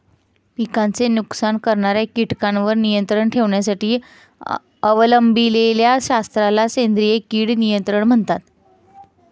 पिकांचे नुकसान करणाऱ्या कीटकांवर नियंत्रण ठेवण्यासाठी अवलंबिलेल्या शास्त्राला सेंद्रिय कीड नियंत्रण म्हणतात